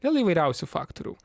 dėl įvairiausių faktorių